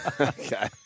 Okay